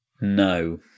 No